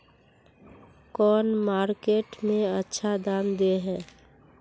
कौन मार्केट में अच्छा दाम दे है?